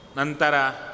Nantara